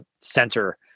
center